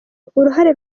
uruhare